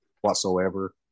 whatsoever